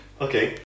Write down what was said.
okay